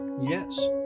Yes